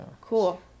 cool